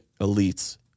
elites